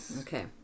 Okay